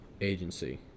agency